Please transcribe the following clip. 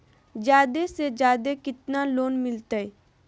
जादे से जादे कितना लोन मिलते?